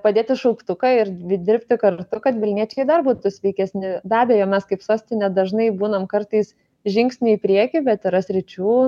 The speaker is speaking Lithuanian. padėti šauktuką ir dvi dirbti kartu kad vilniečiai dar būtų sveikesni be abejo mes kaip sostinė dažnai būnam kartais žingsnį į priekį bet yra sričių